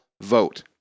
vote